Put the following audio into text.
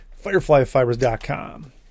Fireflyfibers.com